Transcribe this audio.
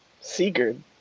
Sigurd